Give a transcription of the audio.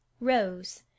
rose